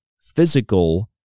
physical